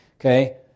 Okay